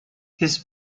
his